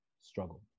struggle